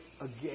again